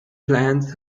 plants